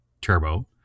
Turbo